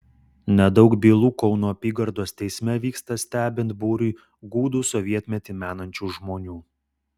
nedaug bylų kauno apygardos teisme vyksta stebint būriui gūdų sovietmetį menančių žmonių